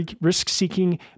risk-seeking